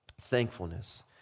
thankfulness